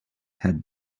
had